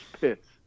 pits